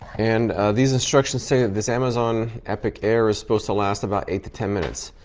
and these instructions say that this amazon epochair is supposed to last about eight to ten minutes.